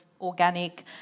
organic